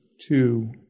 two